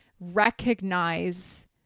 recognize